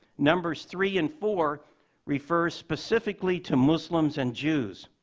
numbers three and four refer specifically to muslims and jews.